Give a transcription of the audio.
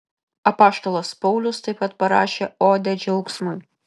apaštalas paulius taip pat parašė odę džiaugsmui